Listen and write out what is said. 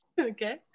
Okay